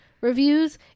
reviews